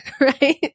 right